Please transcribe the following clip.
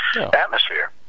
atmosphere